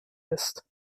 ist